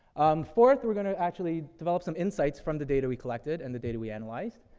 um, fourth, we're gonna actually develop some insights from the data we collected, and the data we analyzed.